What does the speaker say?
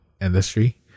industry